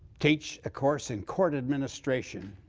teach a course in court administration